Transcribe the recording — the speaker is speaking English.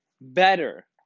better